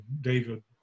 David